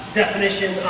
definition